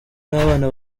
n’abana